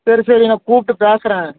சரி சரிங்க கூப்பிட்டு பேசுகிறேன்